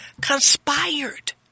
conspired